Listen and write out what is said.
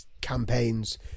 campaigns